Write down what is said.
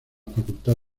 facultad